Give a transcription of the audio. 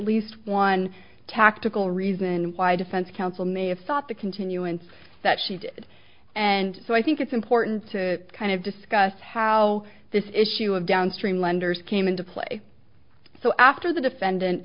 least one tactical reason why defense counsel may have thought the continuance that she did and so i think it's important to kind of discuss how this issue of downstream lenders came into play so after the defendant